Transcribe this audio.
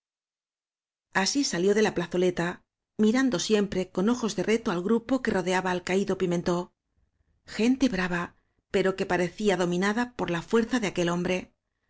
así salió de la plazoleta mirando siempre con ojos de reto al grupo que rodeaba al caído pintentó gente brava pero que pare cía dominada por la fuer za de aquel hombre